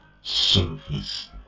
service